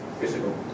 physical